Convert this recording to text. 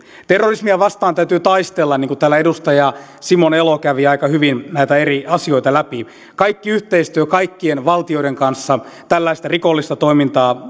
terrorismia vastaan täytyy taistella niin kuin täällä edustaja simon elo kävi aika hyvin näitä eri asioita läpi kaikki yhteistyö kaikkien valtioiden kanssa tällaista rikollista toimintaa